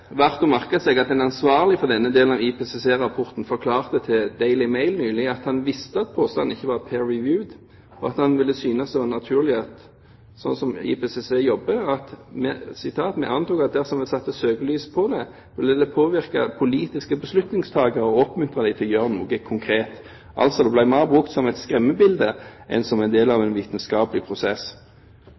verdt å merke seg at den ansvarlige for denne delen av IPCC-rapporten forklarte til Daily Mail nylig at han visste at påstanden ikke var «peer-reviewed», og at han ville synes det var naturlig, sånn som IPCC jobber, å anta at dersom de satte søkelyset på det, ville det påvirke politiske beslutningstakere og oppmuntre dem til å gjøre noe konkret. Altså ble det brukt mer som et skremmebilde enn som en del av en vitenskapelig prosess.